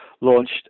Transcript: launched